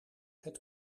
het